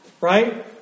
right